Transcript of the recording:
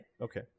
okay